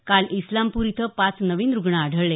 काल इस्लामपूर इथं पाच नवीन रूग्ण आढळले